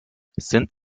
sind